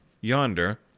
yonder